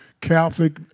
Catholic